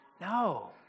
No